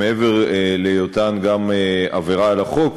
מעבר להיותן גם עבירה על החוק,